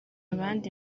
abandi